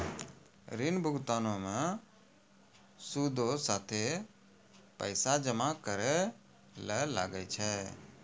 ऋण भुगतानो मे सूदो साथे पैसो जमा करै ल लागै छै